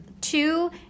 two